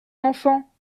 enfant